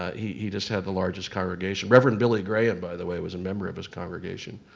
he he just had the largest congregation. reverend billy graham, by the way, was a member of his congregation.